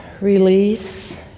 Release